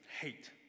hate